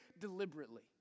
deliberately